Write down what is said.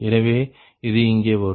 எனவே இது இங்கே வரும்